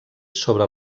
sobre